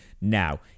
Now